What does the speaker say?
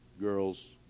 girl's